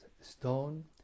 stone